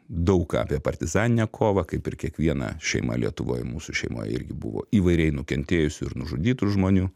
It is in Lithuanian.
daug ką apie partizaninę kovą kaip ir kiekviena šeima lietuvoj mūsų šeimoj irgi buvo įvairiai nukentėjusių ir nužudytų žmonių